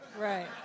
right